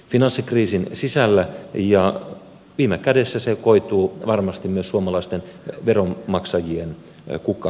finanssikriisin sisällä ja viime kädessä se koituu varmasti myös suomalaisten veron maksajien ja kuka